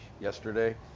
yesterday